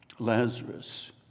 Lazarus